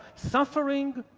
suffering,